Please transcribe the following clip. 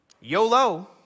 YOLO